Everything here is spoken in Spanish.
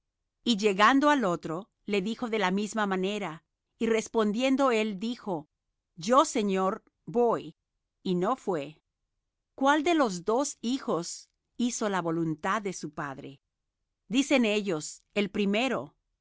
y llegando al otro le dijo de la misma manera y respondiendo él dijo yo señor voy y no fué cuál de los dos hizo la voluntad de su padre dicen ellos el primero